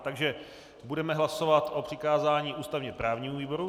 Takže budeme hlasovat o přikázání ústavněprávnímu výboru.